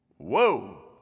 Whoa